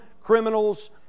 criminal's